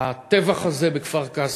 הטבח הזה בכפר-קאסם.